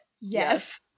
Yes